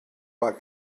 war